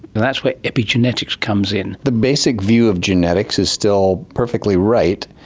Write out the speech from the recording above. that's where epigenetics comes in. the basic view of genetics is still perfectly right,